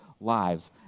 lives